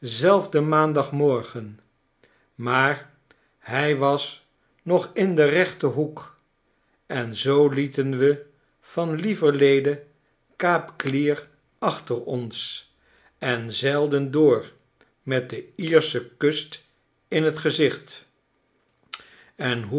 dezenzelfden maandagmorgen maar hij was nog in den rechten hoek en zoo lieten we van lieverlede kaap clear achter ons en zeilden door met de lersche kust in t gezicht en hoe